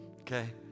okay